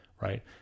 right